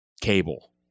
cable